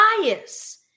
bias